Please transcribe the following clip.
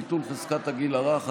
ביטול חזקת הגיל הרך),